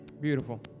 Beautiful